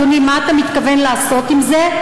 אדוני: מה אתה מתכוון לעשות עם זה?